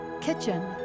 Kitchen